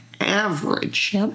average